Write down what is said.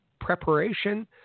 preparation